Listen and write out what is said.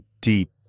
deep